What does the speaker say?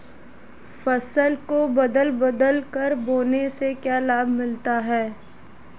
फसल को बदल बदल कर बोने से क्या लाभ मिलता है?